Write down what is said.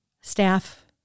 staff